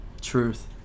truth